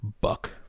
buck